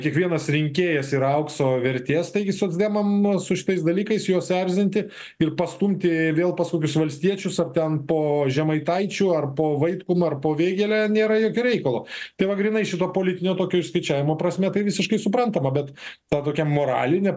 kiekvienas rinkėjas yra aukso vertės taigi socdemam su šitais dalykais juos erzinti ir pastumti vėl pasuks valstiečius ar ten po žemaitaičiu ar po vaitkum ar po vėgėle nėra jokio reikalo tai va grynai šito politinio tokio išskaičiavimo prasme tai visiškai suprantama bet ta tokia moraline